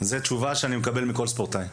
זו תשובה שאני מקבל מכל ספורטאי.